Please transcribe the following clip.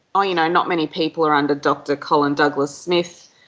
ah you know, not many people are under dr colin douglas smith,